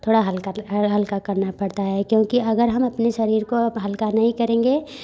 थोड़ा हल्का दिखा हल्का करना पड़ता है क्योंकि अगर हम अपने शरीर को अब हल्का नहीं करेंगे